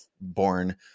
born